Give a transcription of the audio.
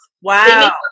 Wow